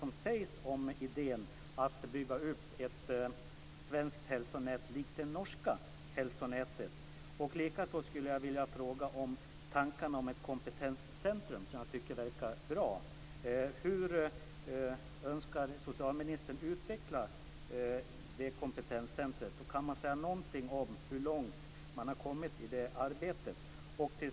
Vad sägs om idén att bygga ut ett svenskt hälsonät liknande det norska? Jag tycker att tankarna om ett kompetenscentrum verkar intressanta. Skulle socialministern vilja utveckla dessa tankar något? Är det möjligt att säga något om hur långt man har kommit i arbetet på detta?